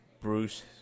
Bruce